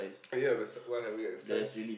ya while having a exercise